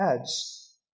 adds